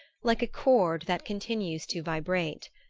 like a chord that continues to vibrate.